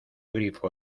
grifo